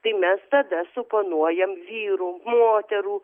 tai mes tada suponuojam vyrų moterų